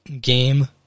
game